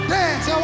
dance